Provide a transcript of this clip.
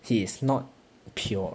he is not pure